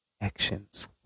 actions